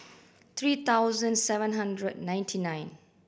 three thousand seven hundred and ninety nine